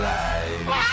life